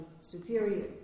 superior